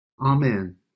Amen